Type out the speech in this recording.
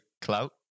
clout